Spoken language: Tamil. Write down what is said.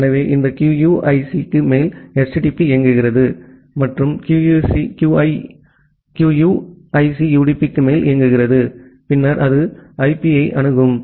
எனவே இந்த QUIC க்கு மேல் HTTP இயங்குகிறது மற்றும் QUIC UDP க்கு மேல் இயங்குகிறது பின்னர் அது IP ஐ அணுகும்